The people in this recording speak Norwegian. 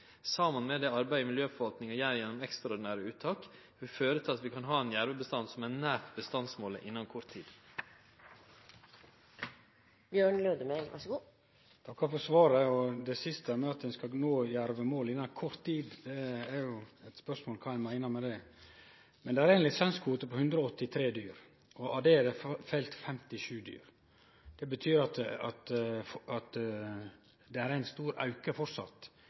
saman med det arbeidet miljøforvaltninga gjer gjennom ekstraordinære uttak, vil føre til at vi kan ha ein jervebestand som er nært bestandsmålet innan kort tid. Eg takkar for svaret. Til det siste, at ein skal nå jervemålet innan kort tid: Spørsmålet er kva ein meiner med det. Men det er ein lisenskvote på 183 dyr. Av dei er det felt 57 dyr. Det betyr at det framleis er ein stor auke